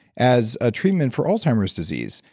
as a treatment for alzheimer's disease.